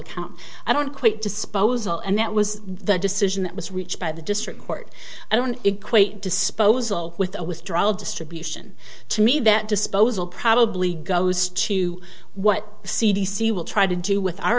account i don't quit disposal and that was the decision that was reached by the district court i don't equate disposal with a withdrawal distribution to me that disposal probably goes to what the c d c will try to do with our